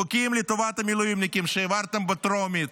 חוקים לטובת המילואימניקים שהעברתם בטרומית,